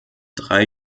drei